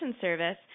service